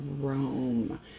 Rome